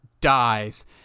dies